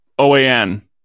OAN